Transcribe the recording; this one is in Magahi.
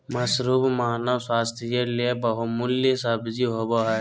मशरूम मानव स्वास्थ्य ले बहुमूल्य सब्जी होबय हइ